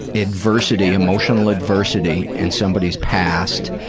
adversity, emotional adversity in somebody's past,